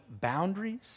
boundaries